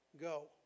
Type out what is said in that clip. go